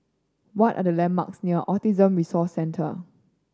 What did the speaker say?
what are the landmarks near Autism Resource Centre